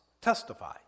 testify